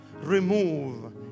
Remove